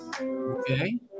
Okay